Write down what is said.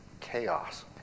chaos